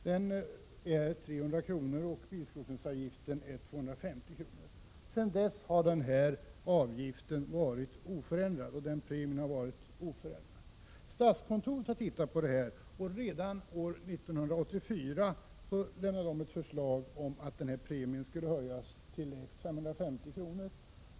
Den är 300 kr., och bilskrotningsavgiften är 250 kr. Sedan 1975 har avgiften och premien varit oförändrade. Statskontoret har sett över det här och redan år 1984 föreslagit att premien skall höjas till lägst 550 kr.